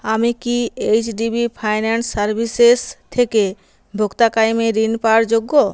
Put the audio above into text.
আমি কি HDB finance services থেকে ভোক্তা কায়েমি ঋণ পাওয়ার যোগ্য